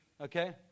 okay